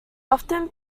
often